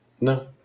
No